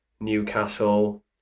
Newcastle